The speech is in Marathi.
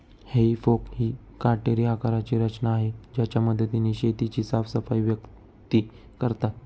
हेई फोक ही काटेरी आकाराची रचना आहे ज्याच्या मदतीने शेताची साफसफाई व्यक्ती करतात